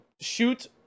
shoot